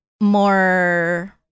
more